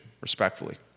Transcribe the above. respectfully